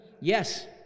Yes